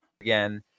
again